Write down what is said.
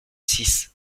six